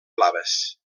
blaves